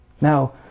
Now